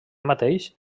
mateix